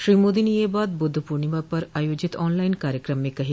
श्री मोदो ने यह बात बुद्ध पूर्णिमा पर आयोजित ऑनलाइन कार्यक्रम में कही